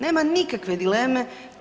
Nema nikakve dileme.